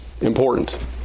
important